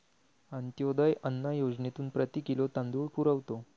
अंत्योदय अन्न योजनेतून प्रति किलो तांदूळ पुरवतो